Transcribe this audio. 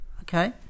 Okay